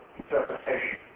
interpretation